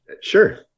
Sure